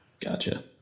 Gotcha